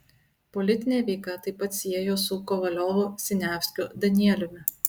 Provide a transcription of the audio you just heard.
politinė veika taip pat siejo su kovaliovu siniavskiu danieliumi